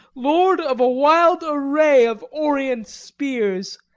lord of a wild array of orient spears.